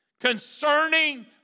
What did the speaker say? concerning